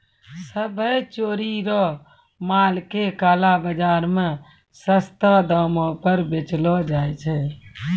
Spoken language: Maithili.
सभ्भे चोरी रो माल के काला बाजार मे सस्तो दामो पर बेचलो जाय छै